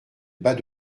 bas